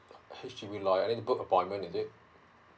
H_D_B lah do I need to book appointment is it